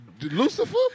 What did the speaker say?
Lucifer